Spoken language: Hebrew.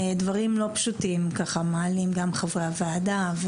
דברים לא פשוטים מעלים כאן גם חברי הוועדה,